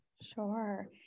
Sure